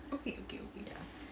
okay okay okay